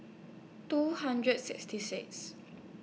two hundred sixty six